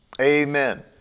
amen